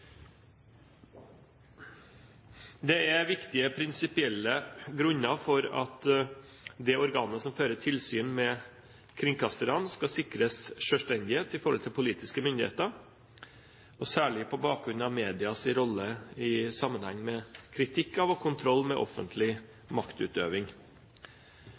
Det er viktige prinsipielle grunner for at det organet som fører tilsyn med kringkasterne, skal sikres selvstendighet i forhold til politiske myndigheter, særlig på bakgrunn av medias rolle i sammenheng med kritikk av og kontroll med